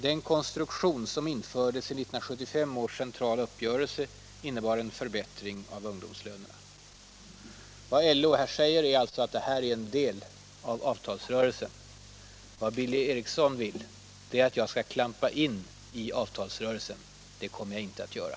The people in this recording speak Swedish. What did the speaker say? Den konstruktion som infördes i 1975 års centrala uppgörelse innebar en förbättring av ungdomslönerna.” Vad LO här säger är alltså att detta är en del av avtalsrörelsen. Vad Billy Eriksson vill är att jag skall klampa in i avtalsrörelsen. Det kommer jag inte att göra.